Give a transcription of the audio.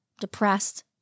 depressed